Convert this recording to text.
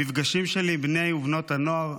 במפגשים שלי עם בני ובנות הנוער,